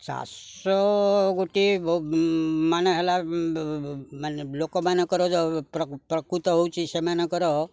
ଚାଷ ଗୋଟିଏ ମାନେ ହେଲା ମାନେ ଲୋକମାନଙ୍କର ଯେଉଁ ପ୍ରକୃତ ହେଉଛି ସେମାନଙ୍କର